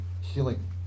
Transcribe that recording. healing